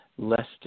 less